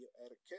etiquette